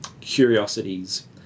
curiosities